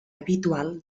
habitual